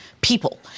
people